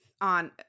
on